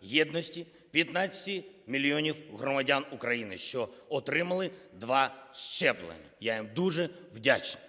15 мільйонів громадян України, що отримали два щеплення. Я їм дуже вдячний.